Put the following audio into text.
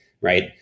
right